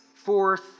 Fourth